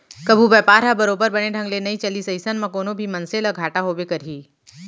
कभू बयपार ह बरोबर बने ढंग ले नइ चलिस अइसन म कोनो भी मनसे ल घाटा होबे करही